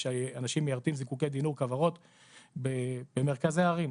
שאנשים מיירטים זיקוקי דינור כוורות במרכזי העיר.